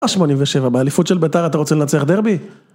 ה-87, באליפות של ביתר אתה רוצה לנצח דרבי?